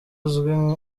uzwi